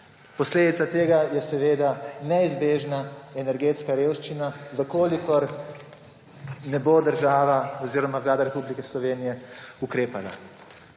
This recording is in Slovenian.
Posledica tega je seveda neizbežna energetska revščina, če ne bo država oziroma Vlada Republike Slovenije ukrepala.